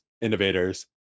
innovators